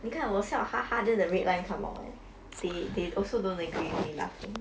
你看我笑哈哈 then the red line come out eh they they also don't agree with me laughing